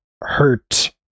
hurt